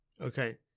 okay